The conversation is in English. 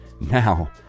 now